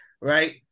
right